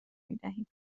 میدهیم